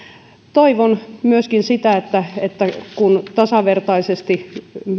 toivon myöskin sitä että että kun tasavertaisesti